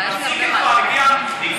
יש לי הרבה מה להגיד.